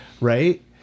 Right